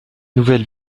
nouvelle